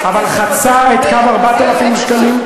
אבל חצה את קו 4,000 שקלים,